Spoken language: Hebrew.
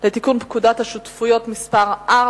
לתיקון פקודת השותפויות (מס' 4)